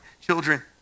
children